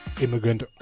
immigrant